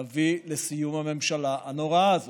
תביא לסיום הממשלה הנוראה הזאת.